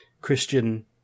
Christian